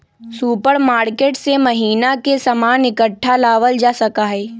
supermarket से महीना के सामान इकट्ठा लावल जा सका हई